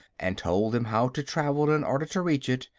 and told them how to travel in order to reach it,